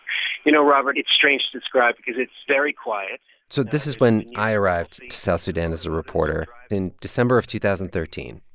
you know, robert, it's strange to describe because it's very quiet so this is when i arrived to south sudan as a reporter in december of two thousand and thirteen.